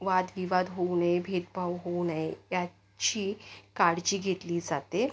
वादविवाद होऊ नये भेदभाव होऊ नये याची काळजी घेतली जाते